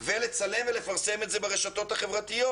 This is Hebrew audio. לצלם ולפרסם את זה ברשתות חברתיות.